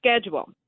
schedule